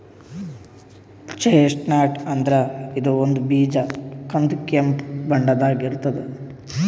chestnut ಅಂದ್ರ ಇದು ಒಂದ್ ಬೀಜ ಕಂದ್ ಕೆಂಪ್ ಬಣ್ಣದಾಗ್ ಇರ್ತದ್